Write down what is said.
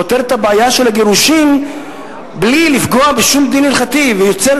פותרת את הבעיה של הגירושים בלי לפגוע בשום דין הלכתי ויוצרת